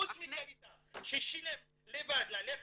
חוץ מקעליטה ששילם לבד ללכת,